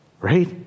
Right